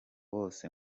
bose